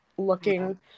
looking